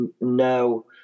no